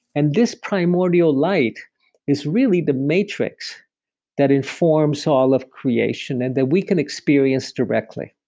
and this primordial light is really the matrix that informs all of creation, and that we can experience directly.